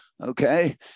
Okay